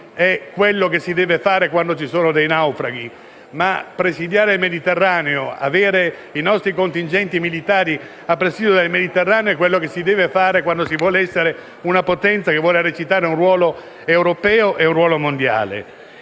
è ciò che si deve fare quando ci sono dei naufraghi - bensì perché presidiare il Mediterraneo, avere i nostri contingenti militari a presidio del Mediterraneo, è ciò che si deve fare quando si vuole essere una potenza che vuole recitare un ruolo europeo e un ruolo mondiale.